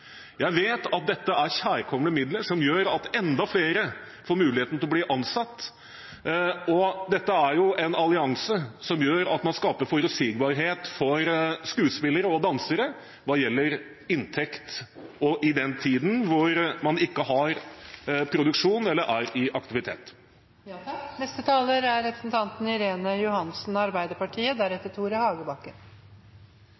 Jeg vet at dette er kjærkomne midler som gjør at enda flere får mulighet til å bli ansatt. Dette er en allianse som gjør at man skaper forutsigbarhet for skuespillere og dansere hva gjelder inntekt, også i den tiden hvor man ikke har produksjon eller er i aktivitet. Det var ingen spesielle satsinger for Østfold da regjeringen la fram sitt forslag til statsbudsjett. Det er